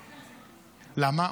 למה?